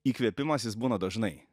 įkvėpimas jis būna dažnai